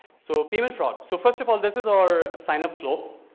so payment fraud. so first of all, this is our signup flow.